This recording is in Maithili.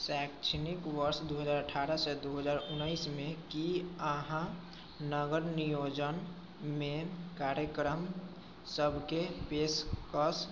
शैक्षणिक वर्ष दू हजार अठारहसँ दू हजार उनैसमे की अहाँ नगर नियोजनमे कार्यक्रम सबके पेशकश